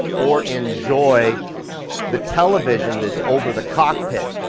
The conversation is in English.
or enjoy the television that's over the cockpit.